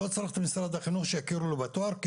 אני לא צריך את משרד החינוך שיכירו לו בתואר כי